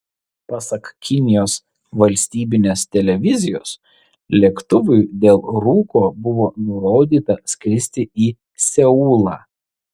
pasak kinijos valstybinės televizijos lėktuvui dėl rūko buvo nurodyta skristi į seulą